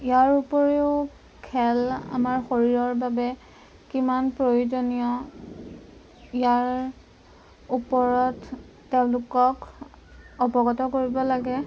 ইয়াৰ উপৰিও খেল আমাৰ শৰীৰৰ বাবে কিমান প্ৰয়োজনীয় ইয়াৰ ওপৰত তেওঁলোকক অৱগত কৰিব লাগে